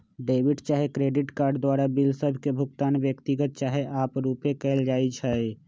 debit चाहे credit card द्वारा bill सभ के भुगतान व्यक्तिगत चाहे आपरुपे कएल जाइ छइ